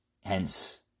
Hence